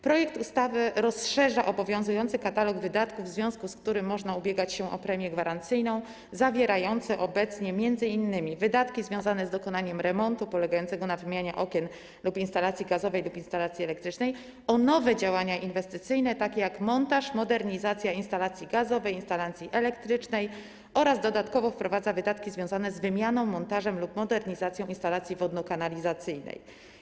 Projekt ustawy rozszerza obowiązujący katalog wydatków, w związku z którymi można ubiegać się o premię gwarancyjną, zawierający obecnie m.in. wydatki związane z dokonaniem remontu polegającego na wymianie okien lub instalacji gazowej lub instalacji elektrycznej, o nowe działania inwestycyjne, takie jak montaż, modernizacja instalacji gazowej, instalacji elektrycznej, oraz dodatkowo wprowadza wydatki związane z wymianą, montażem lub modernizacją instalacji wodno-kanalizacyjnej.